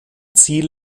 ziel